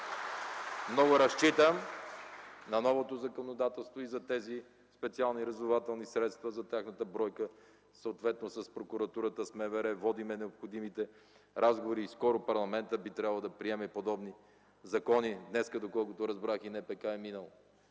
Много разчитам на новото законодателство и за тези специални разузнавателни средства, за тяхната бройка. Съответно с прокуратурата, с МВР водим необходимите разговори и скоро парламентът би трябвало да приеме необходимите закони. Днес, доколкото разбрах, и НПК е минал.